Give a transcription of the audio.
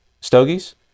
Stogies